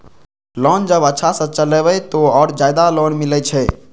Loan जब अच्छा से चलेबे तो और ज्यादा लोन मिले छै?